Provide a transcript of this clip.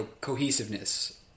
cohesiveness